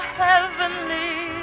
heavenly